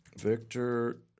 Victor